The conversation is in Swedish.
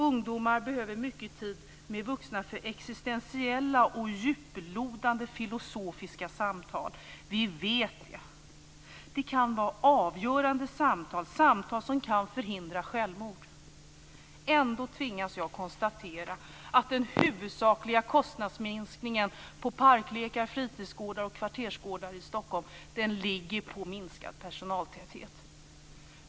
Ungdomar behöver mycket tid med vuxna för existentiella och djuplodande filosofiska samtal. Vi vet det. Det kan vara avgörande samtal, samtal som kan förhindra självmord. Ändå tvingas jag konstatera att den huvudsakliga kostnadsminskningen på parklekar, fritidsgårdar och kvartersgårdar i Stockholm ligger på en minskad personaltäthet.